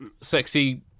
sexy